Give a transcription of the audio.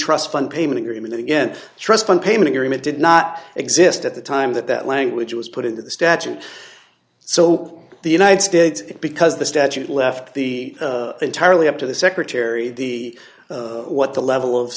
trust fund payment agreement again trust fund payment agreement did not exist at the time that that language was put into the statute so the united states because the statute left the entirely up to the secretary the what the level of